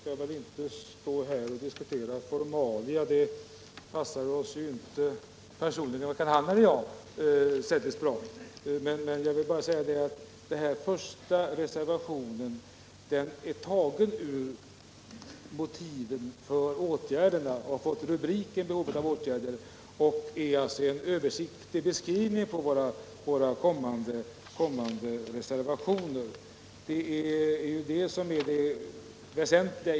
Herr talman! Kjell Mattsson och jag skall väl inte stå här och diskutera formalia. Det passar varken honom eller mig särskilt bra. Men jag vill säga att den första reservationen gäller motiven för åtgärderna. Den är alltså en översiktlig beskrivning av våra kommande reservationer. Det är ju det som är det väsentliga.